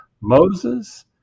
Moses